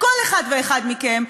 כל אחד ואחד מכם,